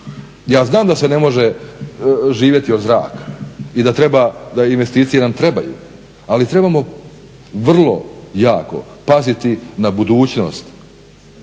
Ja znam da se ne može živjeti od zraka i da treba, da investicije nam trebaju. Ali trebamo vrlo jako paziti na budućnost